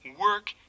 Work